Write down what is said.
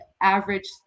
average